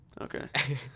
okay